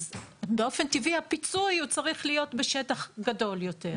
אז באופן טבעי הפיצוי צריך להיות בשטח גדול יותר.